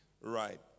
Right